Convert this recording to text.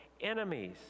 enemies